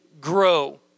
grow